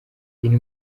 iyi